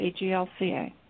AGLCA